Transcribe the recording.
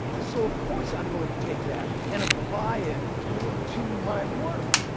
so of course i'm going to take that and apply it. to your work. to my work.